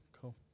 cool